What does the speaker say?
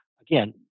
again